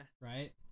Right